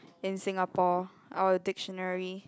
in Singapore our dictionary